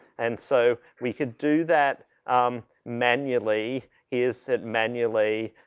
and so, we could do that manually is said manually,